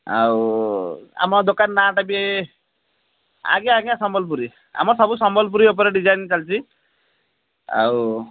ଆଉ ଆମ ଦୋକାନ ନାଁ'ଟା ବି ଆଜ୍ଞା ଆଜ୍ଞା ସମ୍ବଲପୁରୀ ଆମର ସବୁ ସମ୍ବଲପୁରୀ ଉପରେ ଡିଜାଇନ୍ ଚାଲଛି ଆଉ